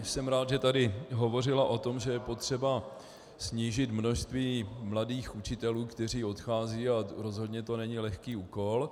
Jsem rád, že tady hovořila o tom, že je potřeba snížit množství mladých učitelů, kteří odcházejí, a rozhodně to není lehký úkol.